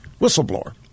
whistleblower